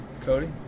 Cody